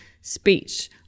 speech